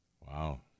Wow